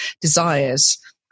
desires